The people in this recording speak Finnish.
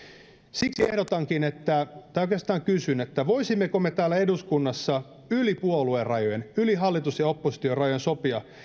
siksi ehdotankin tai oikeastaan kysyn voisimmeko me täällä eduskunnassa yli puoluerajojen yli hallitus ja oppositiorajojen sopia